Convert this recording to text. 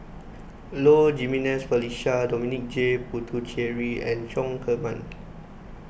Low Jimenez Felicia Dominic J Puthucheary and Chong Heman